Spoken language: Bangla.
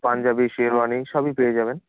পাঞ্জাবি শেরওয়ানি সবই পেয়ে যাবেন